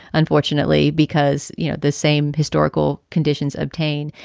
unfortunately, because, you know, the same historical conditions obtain.